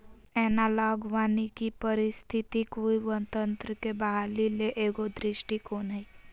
analogue वानिकी पारिस्थितिकी तंत्र के बहाली ले एगो दृष्टिकोण हइ